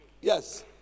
Yes